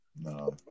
No